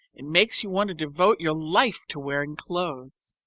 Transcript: it makes you want to devote your life to wearing clothes.